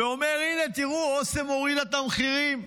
ואומר: הנה, תראו, אסם הורידה את המחירים.